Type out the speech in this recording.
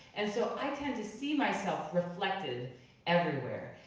and so i tend to see myself reflected everywhere.